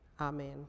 amen